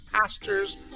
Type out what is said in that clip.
pastors